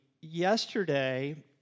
Yesterday